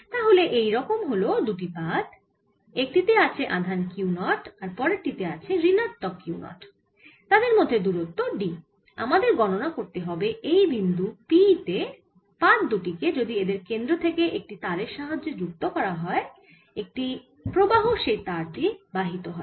তাহলে এইরকম হল দুটি পাত একটি পাতে আছে আধান Q 0 আর পরের টি তে আছে ঋণাত্মক Q 0 তাদের মধ্যে দূরত্ব d আমাদের গণনা করতে হবে এই বিন্দু P তে পাত দুটি কে যদি এদের কেন্দ্র থেকে একটি তারের সাহায্যে যুক্ত করা হয় যা একটি প্রবাহ সেই তার দিয়ে বাহিত হয়